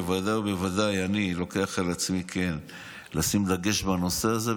ואני לוקח על עצמי לשים דגש על הנושא הזה,